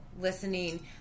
listening